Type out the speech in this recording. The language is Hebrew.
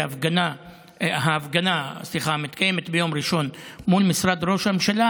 ההפגנה תתקיים ביום ראשון מול משרד ראש הממשלה,